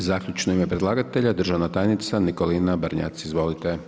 I zaključno u ime predlagatelja, državna tajnica Nikolina Brnjac, izvolite.